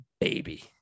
baby